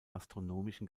astronomischen